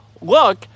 Look